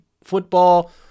football